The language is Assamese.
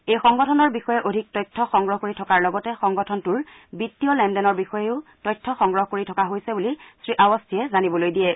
এই সংগঠনৰ বিষয়ে অধিক তথ্য সংগ্ৰহ কৰি থকাৰ লগতে সংগঠনটোৰ বিত্তীয় লেন দেনৰ বিষয়েও তথ্য সংগ্ৰহ কৰি থকা হৈছে বুলি শ্ৰীআৰস্থিয়ে জানিবলৈ দিয়ে